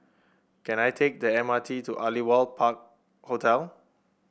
can I take the M R T to Aliwal Park Hotel